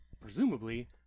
presumably